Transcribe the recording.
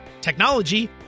technology